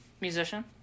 Musician